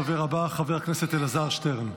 הדובר הבא, חבר הכנסת אלעזר שטרן.